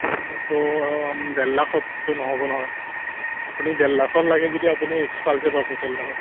তো ডেৰ লাখততো নহ'ব নহয় আপুনি ডেৰ লাখত লাগে যদি আপুনি এক্সপাল্ছ হে পাব ডেৰ লাখত